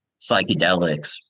psychedelics